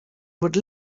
would